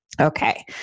Okay